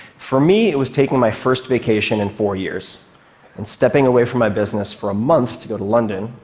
for me, it was taking my first vacation in four years and stepping away from my business for a month to go to london,